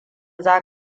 za